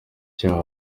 cyabyo